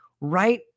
right